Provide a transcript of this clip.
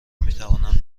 میتوانند